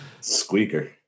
squeaker